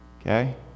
Okay